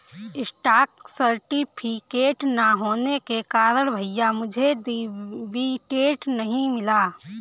stock certificate ना होने के कारण भैया मुझे डिविडेंड नहीं मिला